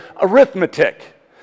arithmetic